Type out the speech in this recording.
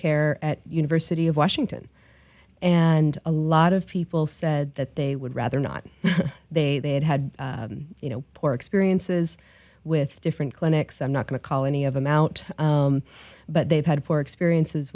care at university of washington and a lot of people said that they would rather not they they had had you know poor experiences with different clinics i'm not going to call any of them out but they've had for experiences